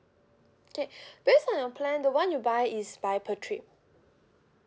K based on your plan the [one] you buy is by per trip